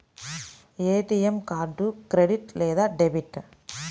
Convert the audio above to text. ATM card credit లేదా debit?